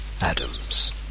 Adams